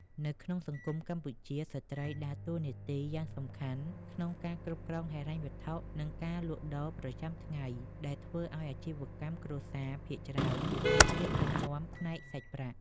នៅក្នុងសង្គមកម្ពុជា ស្ត្រីដើរតួនាទីយ៉ាងសំខាន់ក្នុងការគ្រប់គ្រងហិរញ្ញវត្ថុ និងការលក់ដូរប្រចាំថ្ងៃ ដែលធ្វើឱ្យអាជីវកម្មគ្រួសារភាគច្រើនមានភាពរឹងមាំផ្នែកសាច់ប្រាក់។